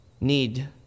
need